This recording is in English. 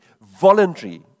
Voluntary